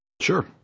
Sure